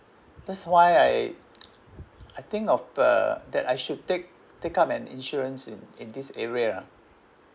that's why I I think of uh that I should take take up an insurance in in this area